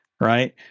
right